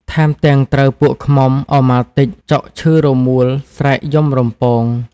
ថែមទាំងត្រូវពួកឃ្មុំ ឪម៉ាល់ទិច ចុកឈឺរមូល ស្រែកយំរំពង។